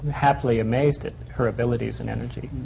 happily amazed at her abilities and energy.